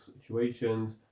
situations